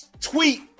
tweet